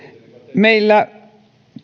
meillä